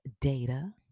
data